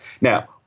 Now